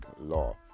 law